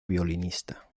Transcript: violinista